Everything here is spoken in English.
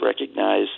recognize